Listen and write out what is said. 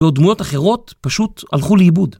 ודמויות אחרות פשוט הלכו לאיבוד.